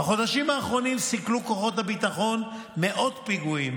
בחודשים האחרונים סיכלו כוחות הביטחון מאות פיגועים